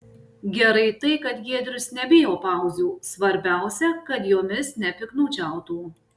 gerai tai kad giedrius nebijo pauzių svarbiausia kad jomis nepiktnaudžiautų